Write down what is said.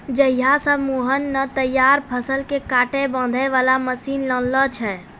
जहिया स मोहन नॅ तैयार फसल कॅ काटै बांधै वाला मशीन लानलो छै